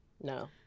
No